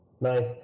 Nice